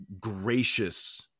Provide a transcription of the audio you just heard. gracious